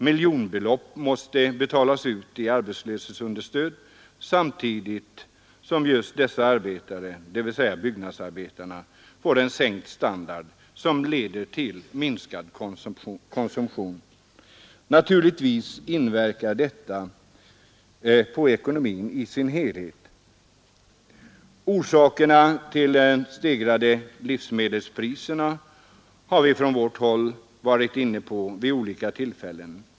Miljonbelopp måste betalas ut i arbetslöshetsunderstöd samtidigt som just dessa arbetare får en sänkt standard som leder till minskad konsumtion. Naturligtvis inverkar detta på ekonomin i dess helhet i samhället. Orsakerna till de stegrade livsmedelspriserna har vi från vårt håll varit inne på vid olika tillfällen.